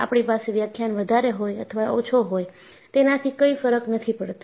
આપણી પાસે વ્યાખ્યાન વધારે હોય અથવા ઓછા હોય તેનાથી કઈ ફર્ક નથી પડતો